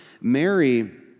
Mary